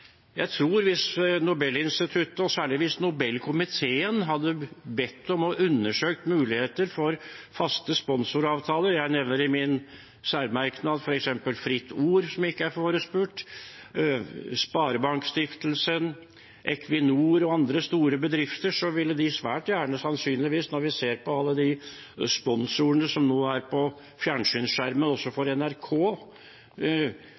særlig Nobelkomiteen hadde bedt om og undersøkt muligheter for faste sponsoravtaler – jeg nevner i min særmerknad f.eks. Fritt Ord, som ikke er forespurt, Sparebankstiftelsen, Equinor og andre store bedrifter – ville sannsynligvis ganske mange, når vi ser på alle de sponsorene som nå er på fjernsynsskjermen også for